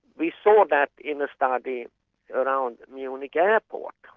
we saw that in a study around munich airport,